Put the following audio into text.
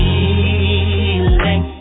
Feeling